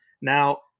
Now